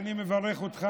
אני מברך אותך.